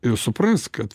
ir supras kad